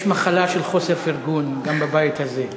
יש מחלה של חוסר פרגון גם בבית הזה,